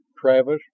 Travis